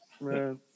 man